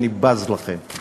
אני בז לכם.